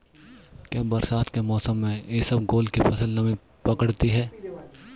क्या बरसात के मौसम में इसबगोल की फसल नमी पकड़ती है?